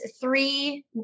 three